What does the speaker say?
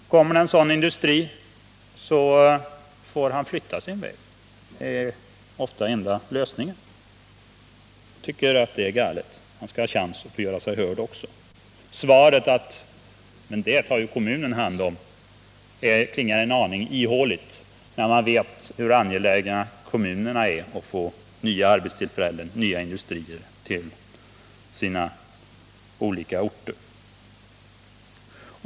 Kommer det en sådan industri får han flytta sin väg. Det är ofta den enda lösningen. Jag tycker att det är galet. Allergiker skall också ha chansen att göra sig hörda. Svaret ”Det tar kommunen hand om” klingar en aning ihåligt när man vet hur angelägna kommunerna är att få nya arbetstillfällen och nya industrier till sina olika orter.